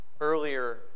earlier